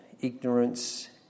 ignorance